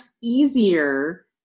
easier